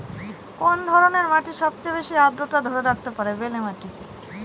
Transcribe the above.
কোন ধরনের মাটি সবচেয়ে বেশি আর্দ্রতা ধরে রাখতে পারে?